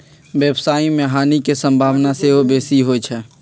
व्यवसाय में हानि के संभावना सेहो बेशी होइ छइ